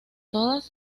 todas